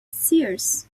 seers